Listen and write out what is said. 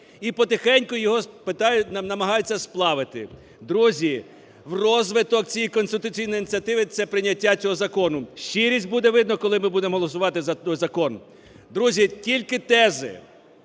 І потихеньку його нам намагаються "сплавити". Друзі, в розвиток цієї конституційної ініціативи – це прийняття цього закону. Щирість буде видно, коли ми будемо голосувати за цей закон. Друзі, тільки тези.